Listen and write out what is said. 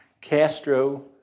Castro